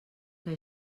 que